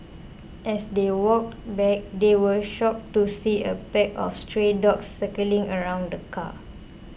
as they walked back they were shocked to see a pack of stray dogs circling around the car